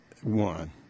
one